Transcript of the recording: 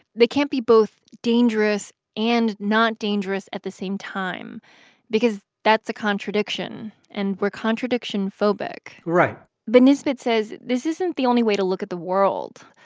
they can't be both dangerous and not dangerous at the same time because that's a contradiction. and we're contradiction phobic right but nisbett says this isn't the only way to look at the world.